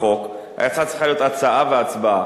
בחוק, היתה צריכה להיות הצעה והצבעה.